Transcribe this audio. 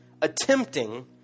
attempting